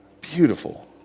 Beautiful